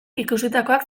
ikusitakoak